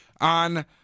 on